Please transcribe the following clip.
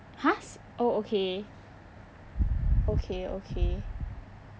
!huh! s~ oh okay okay okay